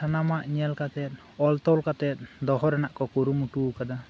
ᱥᱟᱱᱟᱢᱟᱜ ᱧᱮᱞ ᱠᱟᱛᱮᱜ ᱚᱞ ᱛᱚᱞ ᱠᱟᱛᱮᱫ ᱫᱚᱦᱚ ᱨᱮᱱᱟᱜ ᱠᱩ ᱠᱩᱨᱩᱢᱩᱴᱩ ᱟᱠᱟᱫᱟ